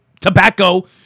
tobacco